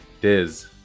Diz